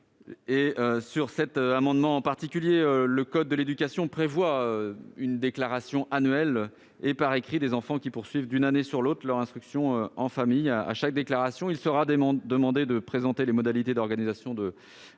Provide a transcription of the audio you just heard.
était la rapporteure. Le code de l'éducation prévoit une déclaration annuelle et par écrit pour les enfants qui poursuivent d'une année sur l'autre leur instruction en famille. Or, à chaque déclaration, il sera demandé de présenter les modalités d'organisation et